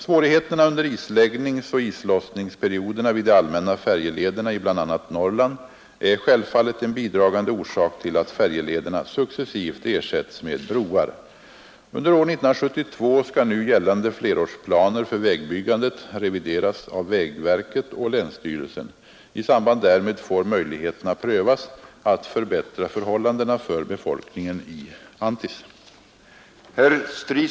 Svårigheterna under isläggningsoch islossningsperioderna vid de allmänna färjelederna i bl.a. Norrland är självfallet en bidragande orsak till att färjelederna successivt ersätts med broar. Under år 1972 skall nu gällande flerårsplaner för vägbyggandet revideras av vägverket och länsstyrelsen. I samband därmed får möjligheterna prövas att förbättra förhållandena för befolkningen i Anttis.